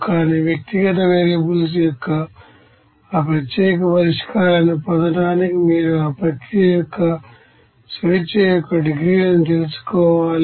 కానీ వ్యక్తిగత వేరియబుల్స్ యొక్క ఆ ప్రత్యేక పరిష్కారాన్ని పొందడానికి మీరు ఆ ప్రక్రియ యొక్కప్రాసెస్ డిగ్రీస్ అఫ్ ఫ్రీడమ్లను తెలుసుకోవాలి